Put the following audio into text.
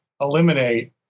eliminate